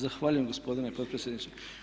Zahvaljujem gospodine potpredsjedniče.